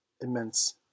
Immense